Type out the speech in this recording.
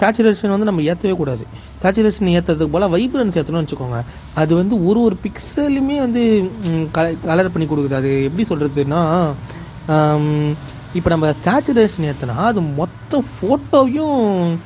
saturation வந்து நம்ம ஏற்றவேக்கூடாது சேட்சுரேஷன் ஏத்துறதுக்கு பதிலாக வைப்ரன்ஸ் ஏற்றினோனு வைச்சிக்கோங்க அது வந்து ஒரு ஒரு பிக்சலும் வந்து கலர் பண்ணிக் கொடுக்குது அது எப்படி சொல்கிறதுன்னா இப்போ நம்ம சேட்சுரேஷன் ஏற்றினா அது மொத்தம் ஃபோட்டோவையும்